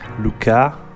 Luca